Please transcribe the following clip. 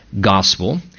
gospel